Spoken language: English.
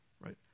right